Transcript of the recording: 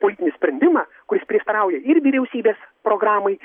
politinį sprendimą kuris prieštarauja ir vyriausybės programai